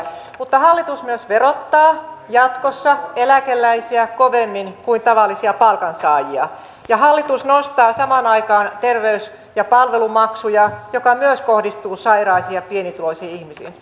mutta hallitus myös verottaa jatkossa eläkeläisiä kovemmin kuin tavallisia palkansaajia ja hallitus nostaa samaan aikaan terveys ja palvelumaksuja mikä myös kohdistuu sairaisiin ja pienituloisiin ihmisiin